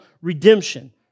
redemption